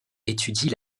étudie